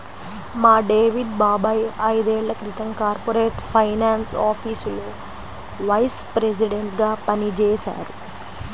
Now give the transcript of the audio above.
మా డేవిడ్ బాబాయ్ ఐదేళ్ళ క్రితం కార్పొరేట్ ఫైనాన్స్ ఆఫీసులో వైస్ ప్రెసిడెంట్గా పనిజేశారు